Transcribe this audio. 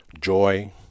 joy